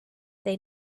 they